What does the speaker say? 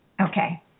Okay